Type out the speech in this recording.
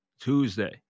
Tuesday